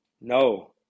No